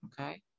okay